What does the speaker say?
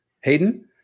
Hayden